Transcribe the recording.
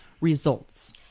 results